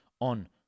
on